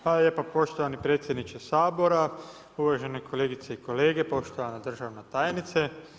Hvala lijepa poštovani predsjedniče Sabora, uvažene kolegice i kolege, poštovana državna tajnice.